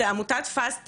את עמותת פאסד,